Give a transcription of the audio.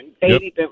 baby